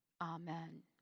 Amen